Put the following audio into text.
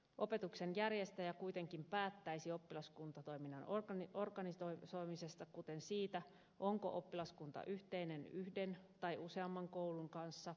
opetuksen järjestäjä kuitenkin päättäisi oppilaskuntatoiminnan organisoimisesta kuten siitä onko oppilaskunta yhteinen yhden tai useamman koulun kanssa